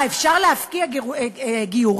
מה, אפשר להפקיע גיורים?